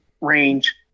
range